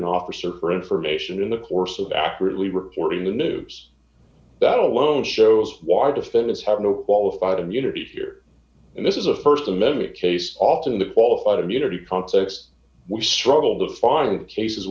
an officer for information in the course of accurately reporting the news that alone shows why defendants have no qualified immunity here and this is a st amendment case often the qualified immunity front so we struggle to find cases